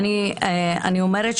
אני לא יכול.